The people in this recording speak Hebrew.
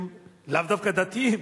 הם לאו דווקא דתיים,